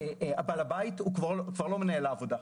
בעל הבית הוא כבר לא מנהל העבודה.